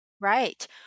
Right